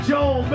Joel